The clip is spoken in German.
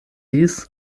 dies